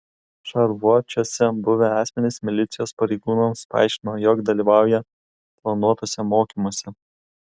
šarvuočiuose buvę asmenys milicijos pareigūnams paaiškino jog dalyvauja planuotuose mokymuose